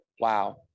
wow